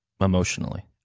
emotionally